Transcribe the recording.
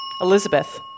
Elizabeth